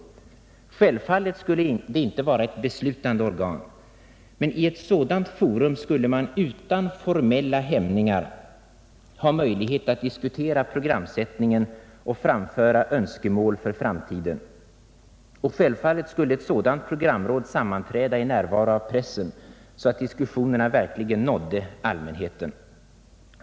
Självfallet skulle det inte vara ett beslutande organ. Men i ett sådant forum skulle man utan formella hämningar ha möjlighet att diskutera programsättningen och framföra önskemål för framtiden. Och självfallet skulle ett sådant programråd sammanträda i närvaro av pressen, så att diskussionerna verkligen nådde allmänheten.